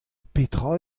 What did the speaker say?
petra